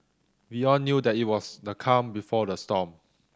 we all knew that it was the calm before the storm